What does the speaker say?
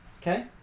Okay